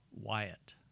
Wyatt